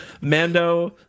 Mando